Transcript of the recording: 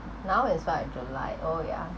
now as far as you like oh yeah